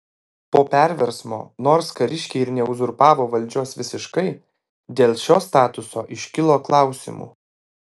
po perversmo nors kariškiai ir neuzurpavo valdžios visiškai dėl šio statuso iškilo klausimų